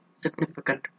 significant